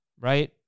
right